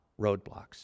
roadblocks